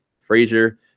frazier